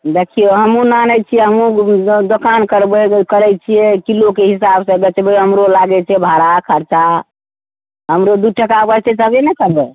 देखियौ हमहुँ मानैत छी हमहुँ दोकान करैत छिअइ किलोके हिसाबसँ बेचबै हमरो लागैत छै भाड़ा खर्चा हमरो दू टका बचतै तबे ने करबै